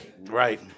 Right